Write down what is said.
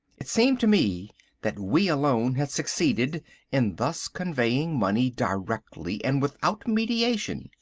it seemed to me that we alone had succeeded in thus conveying money directly and without mediation,